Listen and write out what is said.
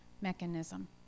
mechanism